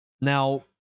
now